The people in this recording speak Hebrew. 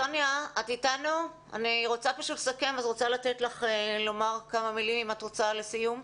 סוניה, את רוצה לומר כמה מילים לסיום?